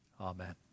Amen